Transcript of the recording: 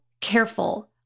careful